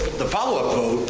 the followup